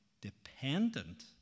dependent